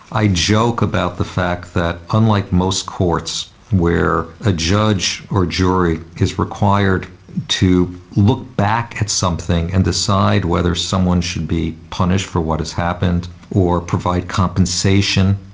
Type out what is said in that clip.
i joke about the fact that unlike most courts where a judge or jury is required to look back at something and decide whether someone should be punished for what has happened or provide compensation,